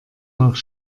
nach